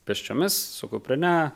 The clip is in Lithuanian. pėsčiomis su kuprine